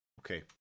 Okay